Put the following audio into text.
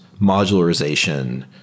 modularization